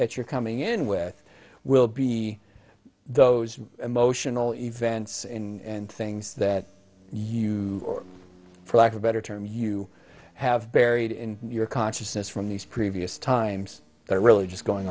that you're coming in with will be those emotional events in things that you or for lack of a better term you have buried in your consciousness from these previous times they're really just going